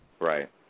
Right